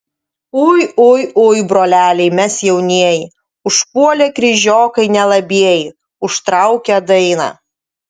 ui ui ui broleliai mes jaunieji užpuolė kryžiokai nelabieji užtraukė dainą